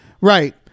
Right